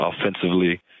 offensively